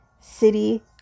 city